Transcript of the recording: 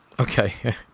Okay